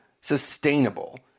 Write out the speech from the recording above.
sustainable